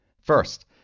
First